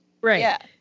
Right